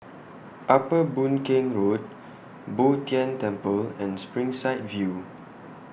Upper Boon Keng Road Bo Tien Temple and Springside View